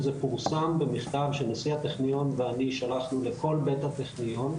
וזה פורסם במכתב שנשיא הטכניון ואני שלחנו לכל בית הטכניון.